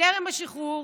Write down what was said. בטרם השחרור